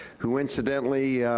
who, incidentally,